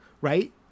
Right